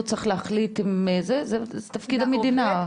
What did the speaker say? זה תפקיד המדינה.